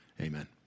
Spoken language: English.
Amen